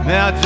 Now